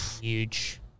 Huge